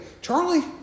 Charlie